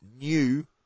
new